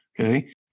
okay